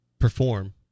perform